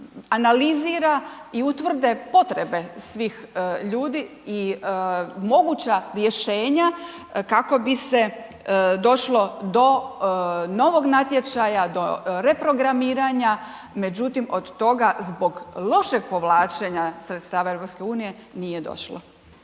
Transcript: analizira i utvrde potrebe svih ljudi i moguća rješenja kako bi se došlo do novog natječaja, do reprogramiranja, međutim, od toga, zbog lošeg povlačenja sredstava EU nije došlo.